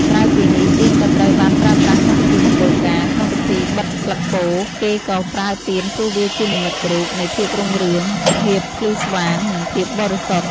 ក្រៅពីនេះ ទៀនក៏ត្រូវបានប្រើប្រាស់ក្នុងពិធីមង្គលការ ក្នុងពិធីបិទស្លឹកពោធិ៍ គេក៏ប្រើទៀនព្រោះវាជានិមិត្តរូបនៃភាពរុងរឿង ភាពភ្លឺស្វាង និងភាពបរិសុទ្ធ ។